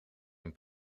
een